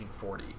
1940